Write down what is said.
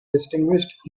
distinguished